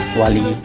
wali